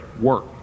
work